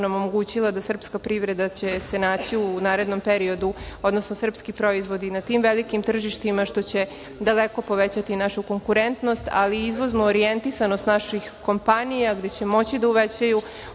nam omogućili da će se srpska privreda naći u narednom periodu, odnosno srpski proizvodi na tim velikim tržištima, što će daleko povećati našu konkurentnost, ali izvoznu orijentisanost naših kompanija gde će moći da uvećaju